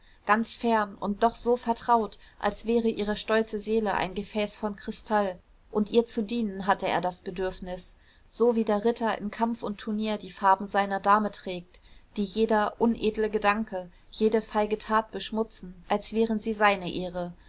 ganz fern und doch so vertraut als wäre ihre stolze seele ein gefäß von kristall und ihr zu dienen hatte er das bedürfnis so wie der ritter in kampf und turnier die farben seiner dame trägt die jeder unedle gedanke jede feige tat beschmutzen als wären sie seine ehre